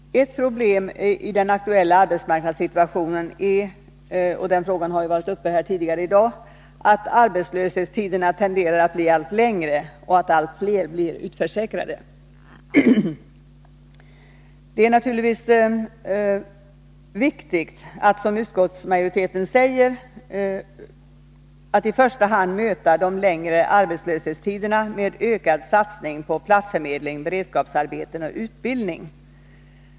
Ett av de problem i den aktuella arbetsmarknadssituationen som har varit uppe till diskussion tidigare i dag är att arbetslöshetstiderna tenderar att bli allt längre och att allt fler blir utförsäkrade. Det är naturligtvis viktigt att man, som utskottsmajoriteten säger, i första hand möter de längre arbetslöshetstiderna med ökad satsning på platsförmedling, beredskapsarbeten och utbildning.